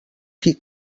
qui